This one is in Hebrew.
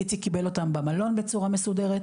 איציק קיבל אותם במלון בצורה מסודרת,